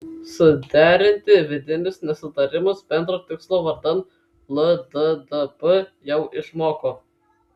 suderinti vidinius nesutarimus bendro tikslo vardan lddp jau išmoko